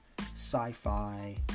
sci-fi